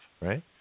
right